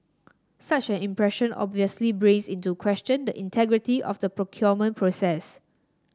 such an impression obviously brings into question the integrity of the procurement process